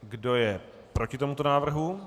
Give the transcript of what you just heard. Kdo je proti tomuto návrhu?